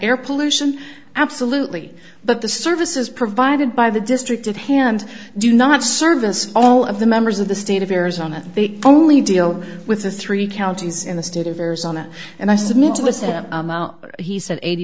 air pollution absolutely but the services provided by the district of hand do not service all of the members of the state of arizona they only deal with the three counties in the state of arizona and i submit to this him he said eighty